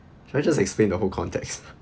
can I just explain the whole context